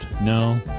No